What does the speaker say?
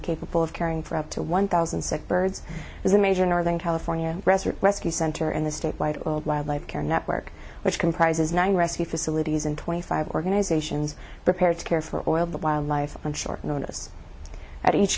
capable of caring for up to one thousand sick birds is a major northern california rescue center in the state by old wildlife care network which comprises nine rescue facilities and twenty five organizations prepared to care for oil the wildlife on short notice at each